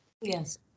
Yes